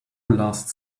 last